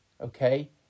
okay